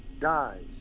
dies